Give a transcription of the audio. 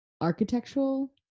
architectural